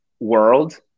world